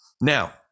Now